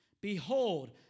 Behold